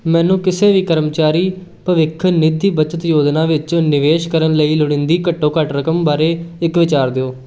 ਮੈਨੂੰ ਕਿਸੇ ਵੀ ਕਰਮਚਾਰੀ ਭਵਿੱਖ ਨਿਧੀ ਬੱਚਤ ਯੋਜਨਾ ਵਿੱਚ ਨਿਵੇਸ਼ ਕਰਨ ਲਈ ਲੋੜੀਂਦੀ ਘੱਟੋ ਘੱਟ ਰਕਮ ਬਾਰੇ ਇੱਕ ਵਿਚਾਰ ਦਿਓ